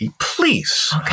Please